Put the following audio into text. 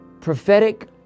prophetic